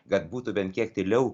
kad būtų bent kiek tyliau